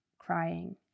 crying